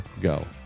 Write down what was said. go